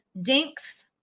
Dinks